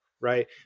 right